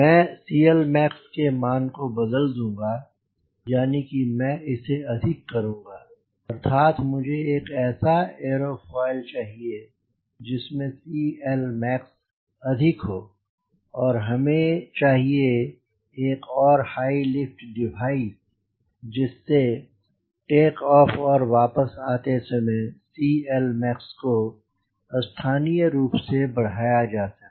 मैं CLmax के मान को बदल दूँगा यानि मैं इसे अधिक करूँगा अर्थात मुझे एक ऐसा एरफोइल चाहिए जिसमें CLmax अधिक हो और हमें चाहिए एक और हाई लिफ्ट डिवाइस जिससे टेक ऑफ और वापस आते समय CLmax को स्थानीय रूप से बढ़ाया जा सके